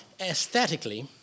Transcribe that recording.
aesthetically